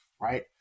right